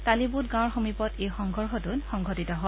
তালিবোট গাঁৱৰ সমীপত এই সংঘৰ্ষটো সংঘটিত হয়